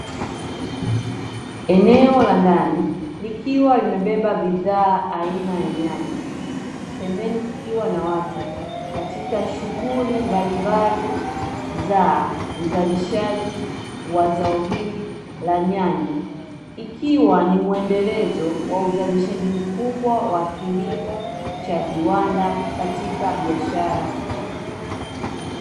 Eneo la ndani likiwa limebeba bidhaa aina ya nyanya pembeni kukiwa na watu katika shughuli mbalimbali za uzalishaji wa zao hili la nyanya, ikiwa ni mundelezo wa uzalishaji mkubwa wa kilimo cha viwanda katika biashara na chakula.